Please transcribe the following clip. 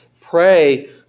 pray